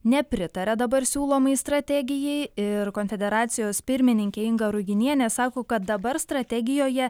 nepritaria dabar siūlomai strategijai ir konfederacijos pirmininkė inga ruginienė sako kad dabar strategijoje